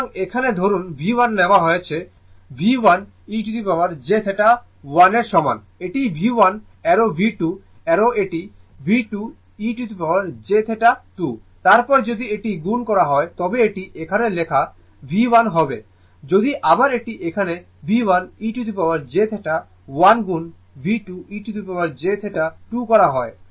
সুতরাং এখানে ধরুন V1 নেওয়া হয়েছে V1 e jθ 1 এর সমান এটি V1 অ্যারো V2 অ্যারো এটি V2 e jθ 2 তারপর যদি এটি গুণ করা হয় তবে এটি এখানে লেখা V1 হবে যদি আবার এটি এখানে V1 e jθ 1 গুণ V2 e jθ 2 করা হয়